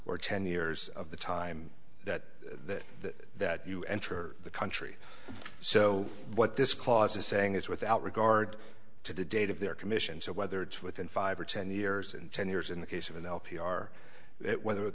or ten years of the time that that that you enter the country so what this clause is saying is without regard to the date of their commission so whether it's within five or ten years and ten years in the case of an l p r it whether